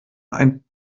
ein